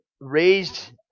raised